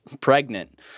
pregnant